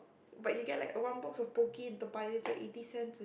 but you get like one box of pocky in Toa-Payoh it's like eighty cents